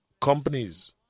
companies